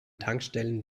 tankstellen